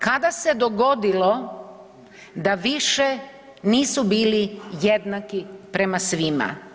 Kada se dogodilo da više nisu bili jednaki prema svima?